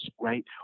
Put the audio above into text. right